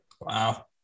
Wow